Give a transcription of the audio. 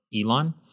Elon